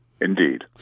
Indeed